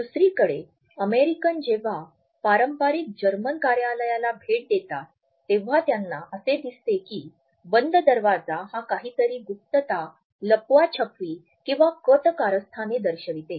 दुसरीकडे अमेरिकन जेव्हा पारंपारिक जर्मन कार्यालयाला भेट देतात तेव्हा त्यांना असे दिसते की बंद दरवाजा हा काहीतरी गुप्तता लपवाछपवी किंवा कटकारस्थाने दर्शविते